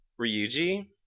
Ryuji